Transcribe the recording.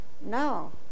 now